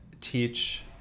teach